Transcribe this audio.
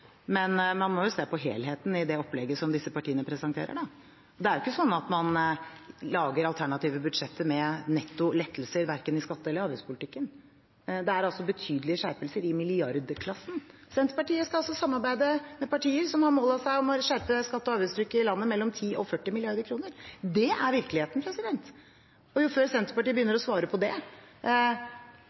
Men man må se på helheten i det opplegget som disse partiene presenterer. Det er ikke sånn at man lager alternative budsjetter med netto lettelser, verken i skatte- eller avgiftspolitikken. Det er betydelige skjerpelser, i milliardklassen. Senterpartiet skal altså samarbeide med partier som tar mål av seg til å skjerpe skatte- og avgiftstrykket med mellom 10 og 40 mrd. kr. Det er virkeligheten. Jo før Senterpartiet begynner å svare på det,